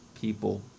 people